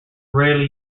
rarely